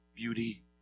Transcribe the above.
beauty